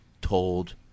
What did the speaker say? told